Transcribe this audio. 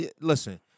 listen